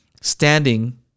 standing